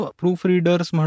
proofreaders